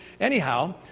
Anyhow